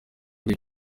kuri